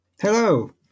Hello